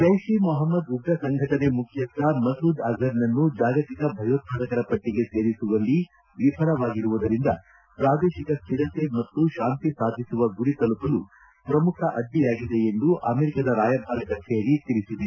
ಜೈಷ್ ಇ ಮೊಪಮದ್ ಉಗ್ರ ಸಂಘಟನೆ ಮುಖ್ಯಸ್ಥ ಮಸೂದ್ ಅಭರ್ ನನ್ನು ಜಾಗತಿಕ ಭಯೋತ್ಪಾದಕರ ಪಟ್ಟಿಗೆ ಸೇರಿಸುವಲ್ಲಿ ವಿಫಲವಾಗಿರುವುದರಿಂದ ಪ್ರಾದೇಶಿಕ ಸ್ಥಿರತೆ ಮತ್ತು ಶಾಂತಿ ಸಾಧಿಸುವ ಗುರಿ ತಲುಪಲು ಪ್ರಮುಖ ಅಡ್ಡಿಯಾಗಿದೆ ಎಂದು ಅಮೆರಿಕದ ರಾಯಭಾರ ಕಚೇರಿ ತಿಳಿಸಿದೆ